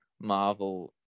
Marvel